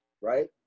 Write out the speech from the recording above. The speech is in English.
right